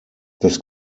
das